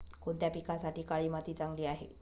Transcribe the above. कोणत्या पिकासाठी काळी माती चांगली आहे?